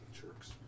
Jerks